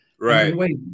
Right